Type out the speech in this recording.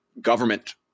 government